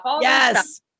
Yes